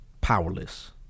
powerless